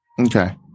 Okay